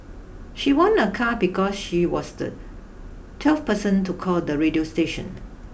she won a car because she was the twelfth person to call the radio station